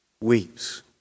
weeps